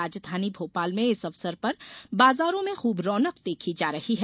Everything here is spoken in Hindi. राजधानी भोपाल में इस अवसर पर बाजारों में खूब रौनक देखी जा रही है